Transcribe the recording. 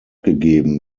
gegeben